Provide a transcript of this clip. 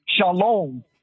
Shalom